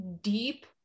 deep